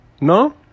No